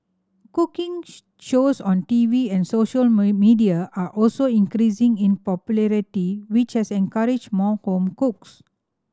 cooking shows on TV and social media are also increasing in popularity which has encouraged more home cooks